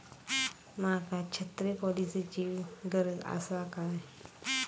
माका छत्री पॉलिसिची गरज आसा काय?